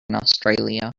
australia